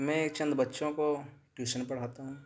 میں چند بچوں کو ٹیوشن پڑھاتا ہوں